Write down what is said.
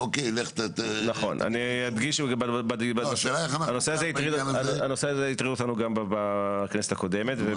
לך תביא --- הנושא הזה הטריד אותנו גם בכנסת הקודמת.